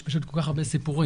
יש פשוט כל כך הרבה סיפורים.